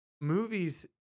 movies